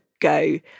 go